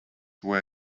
were